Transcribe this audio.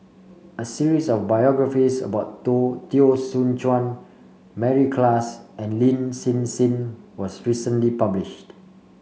a series of biographies about To Teo Soon Chuan Mary Klass and Lin Hsin Hsin was recently published